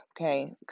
okay